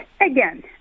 Again